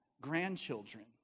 Grandchildren